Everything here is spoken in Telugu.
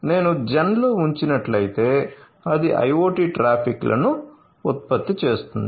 నేను gen లో ఉంచినట్లయితే అది IoT ట్రాఫిక్లను ఉత్పత్తి చేస్తుంది